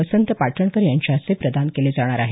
वसंत पाटणकर यांच्या हस्ते प्रदान केले जाणार आहेत